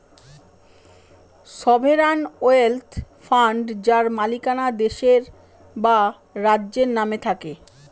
sovereign wealth fund যার মালিকানা দেশের বা রাজ্যের নামে থাকে